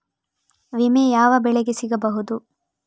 ವಿಮೆ ಯಾವ ಬೆಳೆಗೆ ಸಿಗಬಹುದು?